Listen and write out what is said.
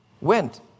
went